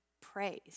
praise